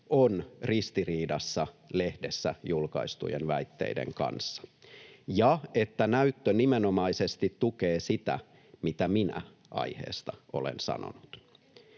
on ristiriidassa lehdessä julkaistujen väitteiden kanssa ja että näyttö nimenomaisesti tukee sitä, mitä minä aiheesta olen sanonut.